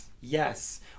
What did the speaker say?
Yes